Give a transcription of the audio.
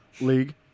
league